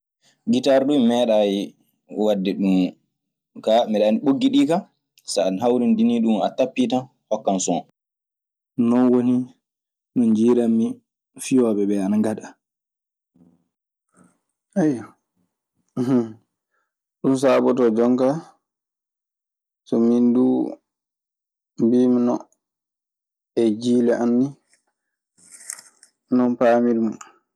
Gitar duu mi meeɗaali wadde ɗum, kaa mi ɗe anndi ɓoggi kaa; so hawrindini a tappii hokkan son. Non woni no njiirammi fiyooɓe ɓee ana ngaɗa. Ayyo, ɗun saabotoo jonkaa so min duu mbiimi non. E jiile an ni non paamirmi.